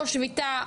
או שביתה,